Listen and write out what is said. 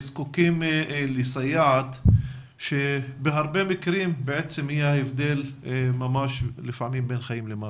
הזקוקים לסייעת כשבהרבה מקרים היא ממש ההבדל בין חיים למוות.